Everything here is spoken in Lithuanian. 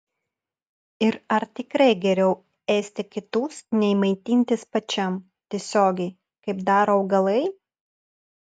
ir ar tikrai geriau ėsti kitus nei maitintis pačiam tiesiogiai kaip daro augalai